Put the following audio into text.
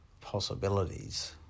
possibilities